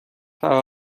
طبقه